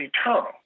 eternal